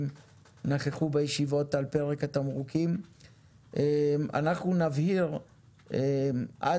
יש לנו את פרק התמרוקים שאנחנו רוצים לקדם